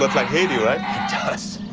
but like haiti, right? it does.